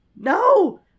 No